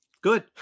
good